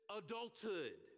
adulthood